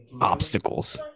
obstacles